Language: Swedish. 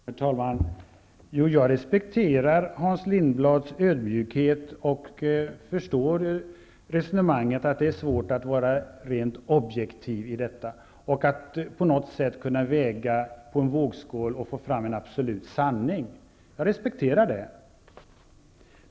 Herr talman! Jag respekterar Hans Lindblads ödmjukhet och förstår resonemanget att det är svårt att vara rent objektiv i detta och att väga faktorerna i en vågskål och få fram en absolut sanning. Jag respekterar det.